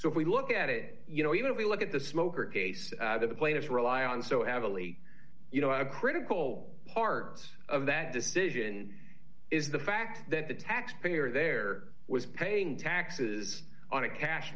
so if we look at it you know even if we look at the smoker case the plaintiffs rely on so heavily critical part of that decision is the fact that the taxpayer there was paying taxes on a cash